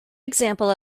example